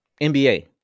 NBA